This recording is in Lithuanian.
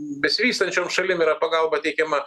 besivystančiom šalim yra pagalba teikiama